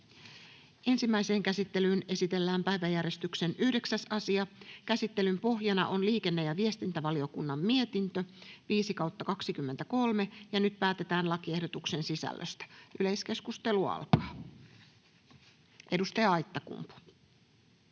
Ensimmäiseen käsittelyyn esitellään päiväjärjestyksen 9. asia. Käsittelyn pohjana on liikenne- ja viestintävaliokunnan mietintö LiVM 5/2023 vp. Nyt päätetään lakiehdotuksen sisällöstä. — Yleiskeskustelu alkaa. Edustaja Aittakumpu.